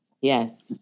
Yes